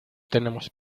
tenemos